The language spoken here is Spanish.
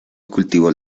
cultivó